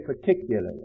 particularly